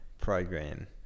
program